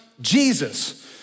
Jesus